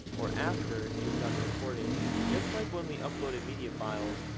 or after you're done recording just like when we uploaded mediafiles,